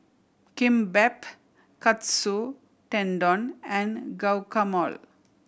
Kimbap Katsu Tendon and Guacamole